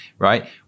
Right